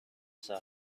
صخره